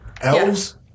Elves